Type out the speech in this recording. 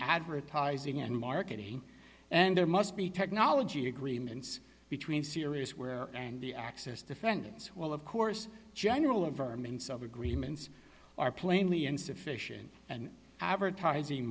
advertising and marketing and there must be technology agreements between sirius ware and the access defendants will of course general of vermin sub agreements are plainly insufficient and advertising